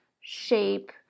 shape